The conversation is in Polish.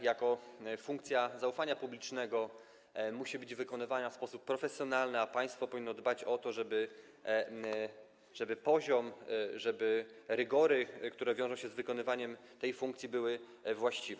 Jako funkcja zaufania publicznego musi ona być wykonywana w sposób profesjonalny, a państwo powinno dbać o to, żeby poziom, żeby rygory, które wiążą się z wykonywaniem tej funkcji, były właściwe.